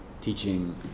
teaching